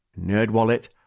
NerdWallet